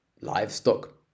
livestock